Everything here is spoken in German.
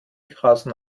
grasen